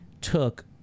took